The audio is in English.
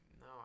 no